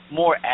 more